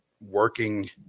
working